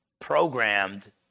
programmed